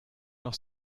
noch